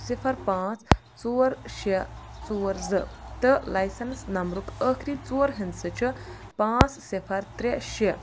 صفر پانژھ ژور شےٚ ژور زٕ تہٕ لائسنس نمبرک ٲخری ژور ہندسہٕ چھِ پانژھ صفر ترےٚ شےٚ